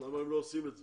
למה הם לא עושים את זה?